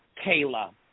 Kayla